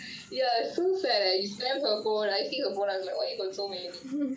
ya it is so sad leh you spam her phone I see her phone I was like why got so many